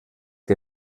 que